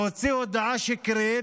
להוציא הודעה שקרית,